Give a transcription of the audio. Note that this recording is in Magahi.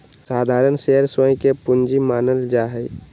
साधारण शेयर स्वयं के पूंजी मानल जा हई